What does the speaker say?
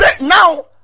now